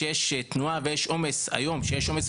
כשיש תנועה ויש עומס ביערות,